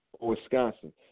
Wisconsin